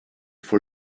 for